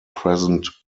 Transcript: present